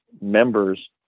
members